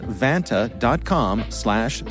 vanta.com/slash